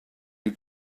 you